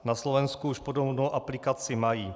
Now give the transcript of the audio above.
Na Slovensku už podobnou aplikaci mají.